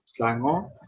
slango